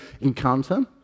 encounter